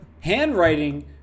Handwriting